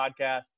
podcast